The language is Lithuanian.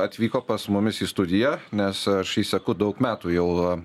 atvyko pas mumis į studiją nes aš jį seku daug metų jau